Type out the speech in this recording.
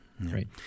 Right